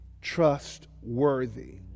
trustworthy